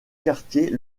quartier